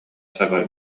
саба